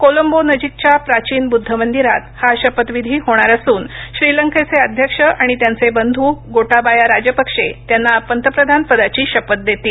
कोलंबोनजीकच्या प्राचीन बुद्ध मंदिरात हा शपथविधी होणार असून श्रीलंकेचे अध्यक्ष आणि त्यांचे बंधू गोटाबाया राजपक्षे त्यांना पंतप्रधानपदाची शपथ देतील